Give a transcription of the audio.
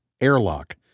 airlock